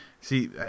See